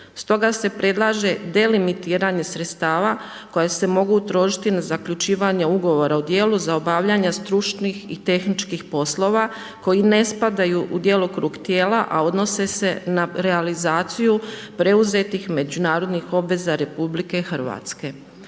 Stoga se predlaže deliminitranje sredstava koje se mogu trošiti na zaključivanje ugovora o dijelu za obavljanje stručnih i tehničkih poslova koji ne spadaju u djelokrug tijela a donose se na realizaciju preuzetih međunarodnih obveza RH. Naime,